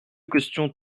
questions